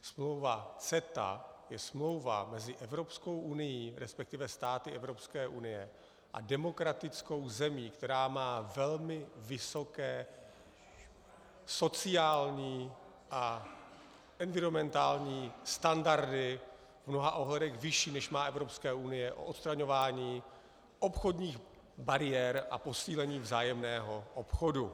Smlouva CETA je smlouva mezi Evropskou unií, resp. státy Evropské unie, a demokratickou zemí, která má velmi vysoké sociální a environmentální standardy v mnoha ohledech vyšší, než má Evropská unie, o odstraňování obchodních bariér a posílení vzájemného obchodu.